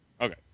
Okay